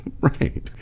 Right